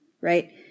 right